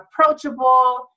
approachable